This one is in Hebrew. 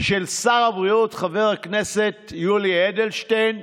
של שר הבריאות, חבר הכנסת יולי אדלשטיין.